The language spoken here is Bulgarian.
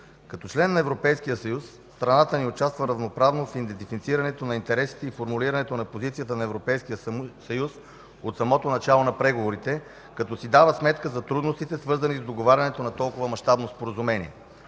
като член на Европейския съюз, страната ни участва равноправно в идентифицирането на интересите и формулирането на позицията на Европейския съюз от самото начало на преговорите, като си дава сметка за трудностите, свързани с договарянето на толкова мащабно споразумение.